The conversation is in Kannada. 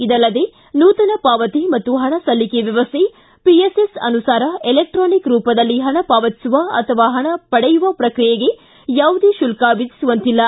ಇದಲ್ಲದೇ ನೂತನ ಪಾವತಿ ಮತ್ತು ಹಣ ಸಲ್ಲಿಕೆ ವ್ಯವಸ್ಥೆ ಪಿಎಸ್ಎಸ್ ಅನುಸಾರ ಎಲೆಕ್ಟಾನಿಕ್ ರೂಪದಲ್ಲಿ ಹಣ ಪಾವತಿಸುವ ಅಥವಾ ಹಣ ಪಡೆಯುವ ಪ್ರಕ್ರಿಯೆಗೆ ಯಾವುದೇ ಶುಲ್ತ ವಿಧಿಸುವಂತಿಲ್ಲ